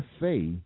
say